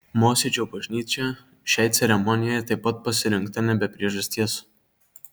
mosėdžio bažnyčia šiai ceremonijai taip pat pasirinkta ne be priežasties